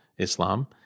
Islam